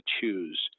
choose